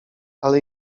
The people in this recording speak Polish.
ale